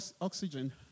oxygen